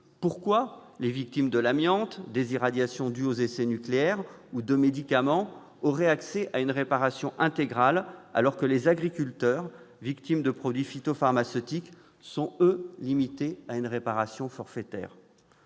pourquoi les victimes de l'amiante, des irradiations dues aux essais nucléaires, de médicaments auraient-elles accès à une réparation intégrale alors que les agriculteurs victimes de produits phytopharmaceutiques sont limités à une réparation forfaitaire ?